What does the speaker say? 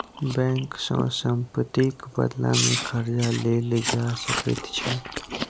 bank सँ सम्पत्तिक बदलामे कर्जा लेल जा सकैत छै